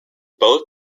both